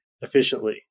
efficiently